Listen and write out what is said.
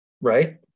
Right